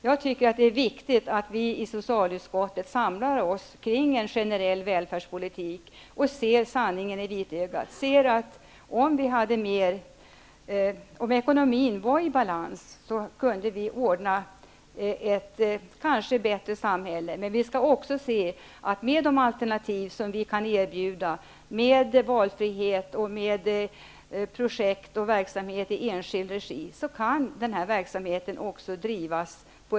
Jag tycker att det är viktigt att vi i socialutskottet samlar oss kring en generell välfärdspolitik och ser sanningen i vitögat, ser att om ekonomin var i balans kunde vi kanske åstadkomma ett bättre samhälle. Med de alternativ som vi kan erbjuda kan den här verksamheten också drivas på ett kanske både billigare och mer effektivt sätt.